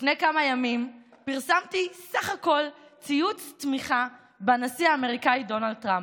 לפני כמה ימים פרסמתי בסך הכול ציוץ תמיכה בנשיא האמריקני דונלד טראמפ.